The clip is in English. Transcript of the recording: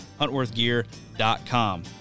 huntworthgear.com